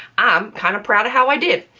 i'm kind of proud of how i did.